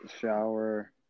shower